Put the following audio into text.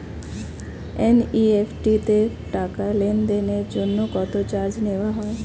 NEFT তে টাকা লেনদেনের জন্য কত চার্জ নেয়া হয়?